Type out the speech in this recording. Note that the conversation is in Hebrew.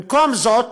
במקום זאת,